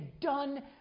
done